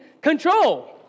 control